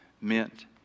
meant